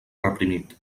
reprimit